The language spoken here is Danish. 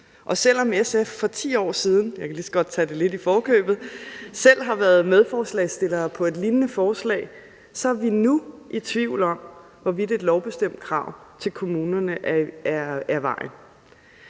det lidt i forkøbet – selv har været medforslagsstillere på et lignende forslag, så er vi nu i tvivl om, hvorvidt et lovbestemt krav til kommunerne er vejen.